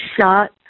shot